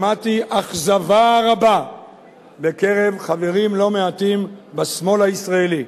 שמעתי אכזבה רבה בקרב חברים לא מעטים בשמאל הישראלי.